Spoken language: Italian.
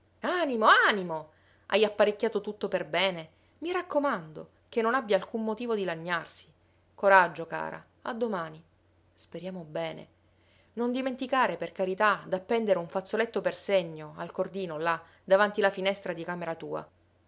animo animo hai apparecchiato tutto per bene i raccomando che non abbia alcun motivo di lagnarsi coraggio cara a domani speriamo bene non dimenticare per carità d'appendere un fazzoletto per segno al cordino là davanti la finestra di camera tua